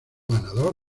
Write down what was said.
ganador